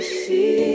see